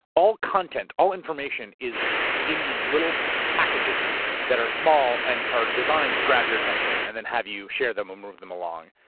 all content, all information is in these little packages that are small and are designed to grab your attention and then have you share them or move them along.